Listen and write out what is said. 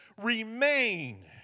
remain